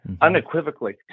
unequivocally